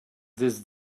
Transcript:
this